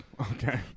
okay